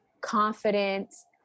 confidence